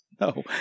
No